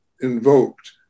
invoked